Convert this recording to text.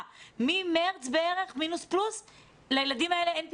ממרץ בערך לילדים האלה אין פתרון.